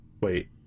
Wait